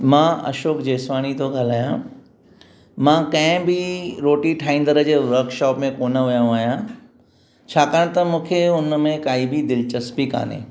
मां अशोक जेसवणी थो ॻाल्हायां मां कंहिं बि रोटी ठाहींदड़ जे वर्क शौप में कोन वियो आहियां छाकाणि त मूंखे उनमें काई बि दिलिचस्पी कान्हे